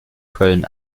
köln